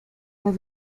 las